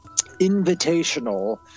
invitational